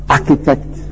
Architect